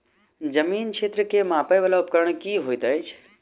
जमीन क्षेत्र केँ मापय वला उपकरण की होइत अछि?